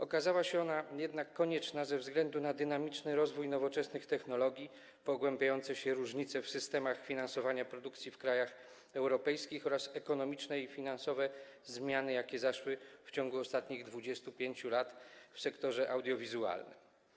Okazała się ona jednak konieczna ze względu na dynamiczny rozwój nowoczesnych technologii, pogłębiające się różnice w systemach finansowania produkcji w krajach europejskich oraz ekonomiczne i finansowe zmiany, jakie zaszły w ciągu ostatnich 25 lat w sektorze audiowizualnym.